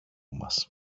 μας